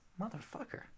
motherfucker